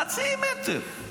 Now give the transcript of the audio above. חצי מטר,